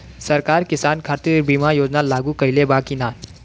सरकार किसान खातिर बीमा योजना लागू कईले बा की ना?